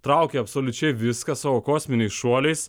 traukia absoliučiai viską savo kosminiais šuoliais